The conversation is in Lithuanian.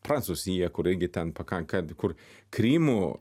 prancūzija kur irgi ten pakanka kur krymo